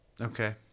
Okay